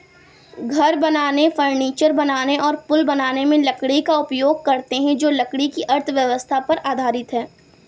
घर बनाने, फर्नीचर बनाने और पुल बनाने में लकड़ी का उपयोग करते हैं जो लकड़ी की अर्थव्यवस्था पर आधारित है